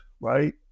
right